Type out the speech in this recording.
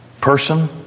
person